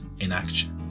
inaction